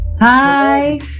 Hi